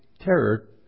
terror